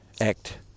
ACT